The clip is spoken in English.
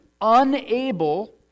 unable